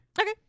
Okay